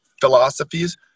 philosophies